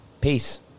Peace